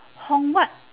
hong what